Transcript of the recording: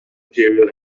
material